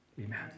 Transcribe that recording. Amen